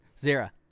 Zara